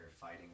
fighting